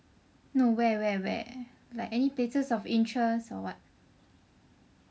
no where where where like any places of interest or what